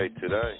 today